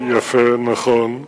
יפה, נכון.